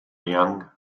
young